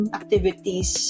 activities